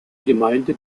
gemeinde